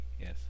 Yes